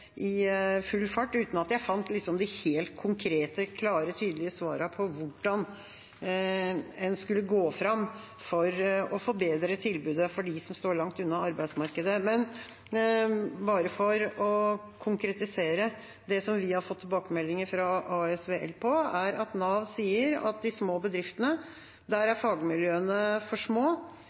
full fart, uten at jeg fant de helt konkrete, klare, tydelige svarene på hvordan en skulle gå fram for å forbedre tilbudet for dem som står langt unna arbeidsmarkedet. Bare for å konkretisere: Det vi har fått tilbakemeldinger fra ASVL om, er at Nav sier at fagmiljøene er for små i de små bedriftene. ASVL har derfor foreslått for